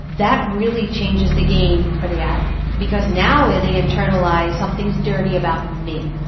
that really changes the game for the addict. because now ah they internalize, something is dirty about me,